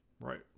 right